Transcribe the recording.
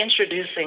introducing